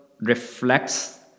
reflects